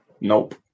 nope